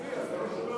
ההסתייגויות לסעיף 06,